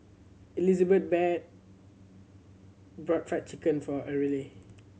Elizabet bought Fried Chicken for Arley